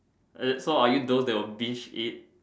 uh so are you those that will binge eat